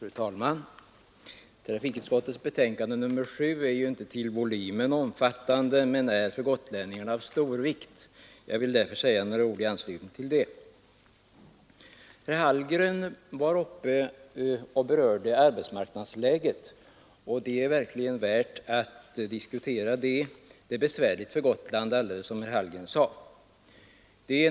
Fru talman! Trafikutskottets betänkande nr 7 är ju inte till volymen omfattande men är för gotlänningarna av stor vikt. Jag vill därför säga några ord i anslutning till detta betänkande. Herr Hallgren berörde arbetsmarknadsläget, och det är verkligen värt att diskutera detta. Det är besvärligt för Gotland, alldeles som herr Hallgren sade.